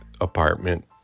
apartment